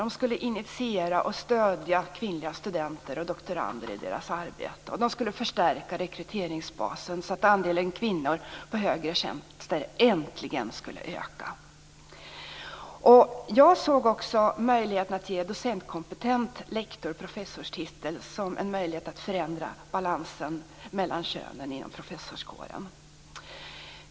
De skulle initiera och stödja kvinnliga studenter och doktorander i deras arbete och de skulle förstärka rekryteringsbasen så att andelen kvinnor på högre tjänster äntligen ökade. Jag såg också möjligheten att ge docentkompetent lektor professorstitel som en möjlighet att förändra balansen mellan könen inom professorskåren.